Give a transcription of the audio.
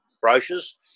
brochures